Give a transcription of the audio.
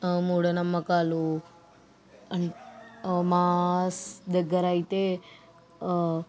మూఢనమ్మకాలు మా స్ దగ్గర అయితే